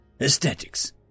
Aesthetics